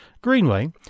Greenway